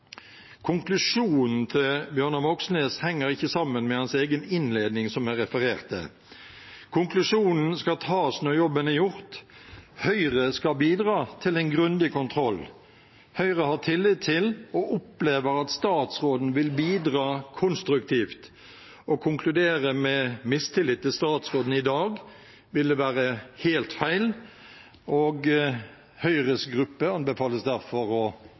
Konklusjonen til Bjørnar Moxnes henger ikke sammen med hans egen innledning, som jeg refererte. Konklusjonen skal trekkes når jobben er gjort. Høyre skal bidra til en grundig kontroll. Høyre har tillit til og opplever at statsråden vil bidra konstruktivt. Å konkludere med mistillit til statsråden i dag ville være helt feil, og Høyres gruppe anbefales derfor å